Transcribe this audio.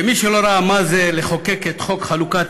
שמי שלא ראה מה זה לחוקק את חוק חלוקת